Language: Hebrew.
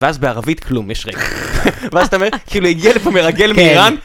ואז בערבית כלום יש ריק ואז אתה אומר כאילו הגיע לפה מרגל מאיראן